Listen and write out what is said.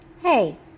Hey